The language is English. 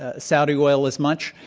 ah saudi oil as much.